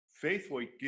faithfully